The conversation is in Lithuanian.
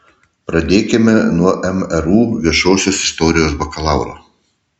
pradėkime nuo mru viešosios istorijos bakalauro